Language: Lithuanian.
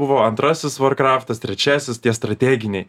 buvo antrasis var kraftas trečiasis tie strateginiai